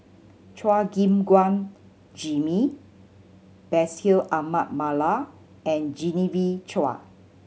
Chua Gim Guan Jimmy Bashir Ahmad Mallal and Genevieve Chua